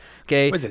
Okay